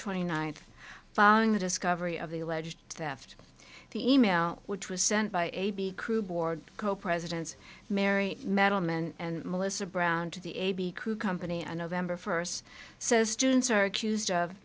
twenty ninth following the discovery of the alleged theft the e mail which was sent by a b crew aboard co presidents merry metal men and melissa brown to the a b c crew company a november first says students are accused of